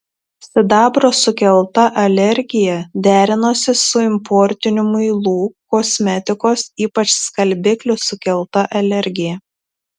sidabro sukelta alergija derinosi su importinių muilų kosmetikos ypač skalbiklių sukelta alergija